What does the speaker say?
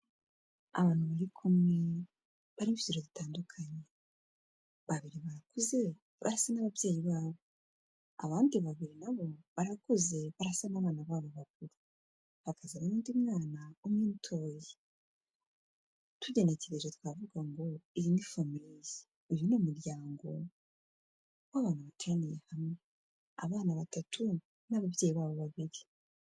Abantu bari kumwe bari mu kigero gindukanye, babiri barakuze barasa n'ababyeyi babo, abandi babiri na bo barakuze barasa n'abana babo bakuru, bakazana n'undi mwana umwe mutoya, tugenekereje twavuga ngo iyi ni famiye, uyu ni umuryango w'abantu bateraniye hamwe, abana batatu n'ababyeyi babo babiri.